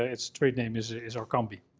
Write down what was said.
its trade name is ah is orkambi.